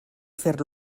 fer